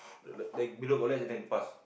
la~ below got latch and then the pass